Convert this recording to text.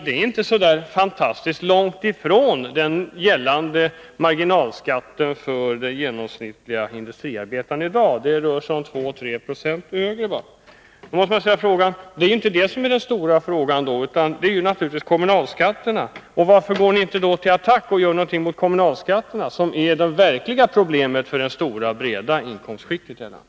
Det är inte så fantastiskt långt ifrån den genomsnittliga marginalskatt som industriarbetare betalar i dag — det rör sig om bara 2 å 3 20 skillnad. Den stora frågan är då naturligtvis kommunalskatterna. Varför går ni inte till attack och gör någonting åt kommunalskatterna, som är det verkliga problemet för de breda skikten av inkomsttagare här i landet?